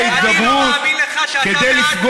אתם לא שמים לב שחבל הארץ היפהפה הזה